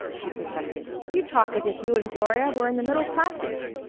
she protested. you talk as if you and gloria were in the middle classes.